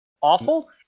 awful